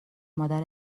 مادر